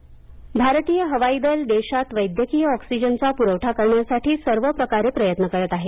हवाई दल ऑक्सीजन भारतीय हवाई दल देशात वैद्यकीय ऑक्सीजनचा पुरवठा करण्यासाठी सर्व प्रकारे प्रयत्न करत आहे